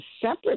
separate